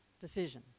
decision